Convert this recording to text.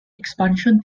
expansion